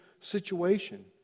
situation